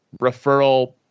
referral